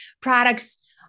products